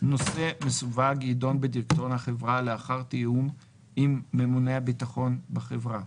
נושא מסווג יידון בדירקטוריון החברה לאחר תיאום עם ממונה הביטחון בחברה,